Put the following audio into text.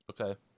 okay